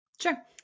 Sure